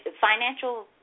financial